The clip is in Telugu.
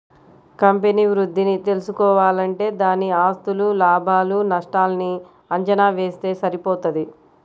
కంపెనీ వృద్ధిని తెల్సుకోవాలంటే దాని ఆస్తులు, లాభాలు నష్టాల్ని అంచనా వేస్తె సరిపోతది